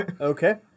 Okay